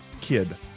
kid